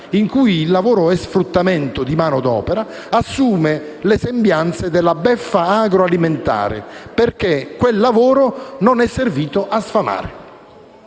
in cui il lavoro è sfruttamento di manodopera, assume le sembianze della beffa agroalimentare, perché quel lavoro non è servito a sfamare.